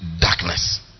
darkness